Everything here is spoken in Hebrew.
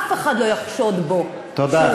אף אחד לא יחשוד בו, תודה, חברתי.